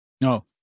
No